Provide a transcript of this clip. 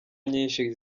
nyinshi